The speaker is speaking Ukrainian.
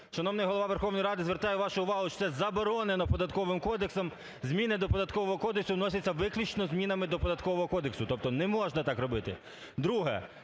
Шановний Голова Верховної Ради звертаю вашу увагу, що це заборонено Податковим кодексом. Зміни до Податкового кодексу вносять виключно змінами до Податкового кодексу, тобто не можна так робити.